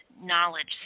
knowledge